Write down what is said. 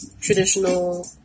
traditional